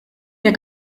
der